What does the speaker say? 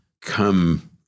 come